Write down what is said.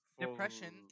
depression